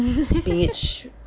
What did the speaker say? speech